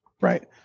Right